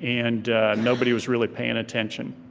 and nobody was really paying attention.